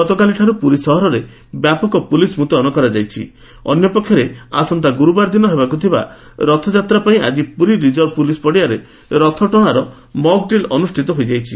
ଗତକାଲିଠାରୁ ପୁରୀ ସହରରେ ବ୍ୟାପକ ପୁଲିସ୍ ମୁତୟନ କରାଯାଇଛି ଅନ୍ୟପକ୍ଷରେ ଆସନ୍ତା ଗୁରୁବାର ଦିନ ହେବାକୁ ଥିବା ରଥଯାତ୍ରା ପାଇଁ ଆକି ପୁରୀ ରିଜର୍ଭ ପୋଲିସ୍ ପଡ଼ିଆରେ ରଥଟଶାର ମକ୍ତ୍ରିଲ୍ ଅନୁଷ୍ଠିତ ହୋଇଯାଇଛି